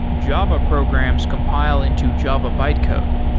java programs compline into java bytecode.